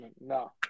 No